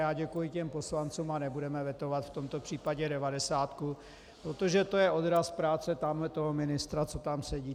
A děkuji těm poslancům a nebudeme vetovat v tomto případě devadesátku, protože je to odraz práce tamhletoho ministra, co tam sedí.